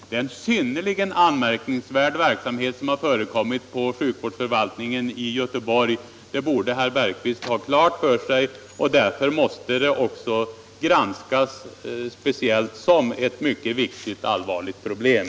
Det är en synnerligen anmärkningsvärd verksamhet som har förekommit inom sjukvårdsförvaltningen i Göteborg — det borde herr Bergqvist ha klart för sig — och därför måste frågan också granskas speciellt som ett mycket viktigt och allvarligt problem.